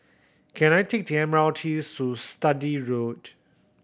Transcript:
can I take the M R T to Sturdee Road